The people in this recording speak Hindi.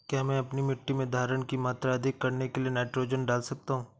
क्या मैं अपनी मिट्टी में धारण की मात्रा अधिक करने के लिए नाइट्रोजन डाल सकता हूँ?